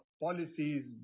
policies